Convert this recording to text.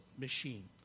machine